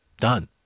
done